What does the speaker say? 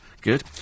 good